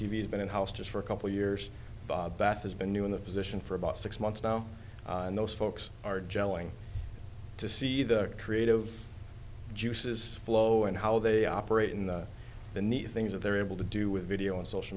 v has been in house just for a couple years back has been new in the position for about six months now and those folks are jelling to see the creative juices flow and how they operate in the neat things that they're able to do with video and social